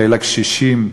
חיל הקשישים,